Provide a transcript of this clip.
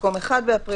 בפסקה (10),